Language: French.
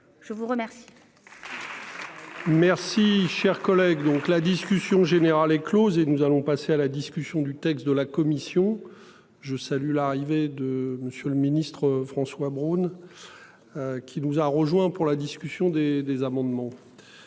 Je vous remercie.